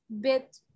bit